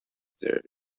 their